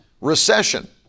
recession